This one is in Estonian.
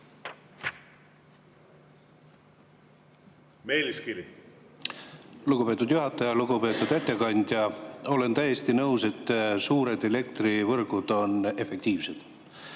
Meelis Kiili. Lugupeetud juhataja! Lugupeetud ettekandja! Olen täiesti nõus, et suured elektrivõrgud on efektiivsed.